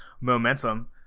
momentum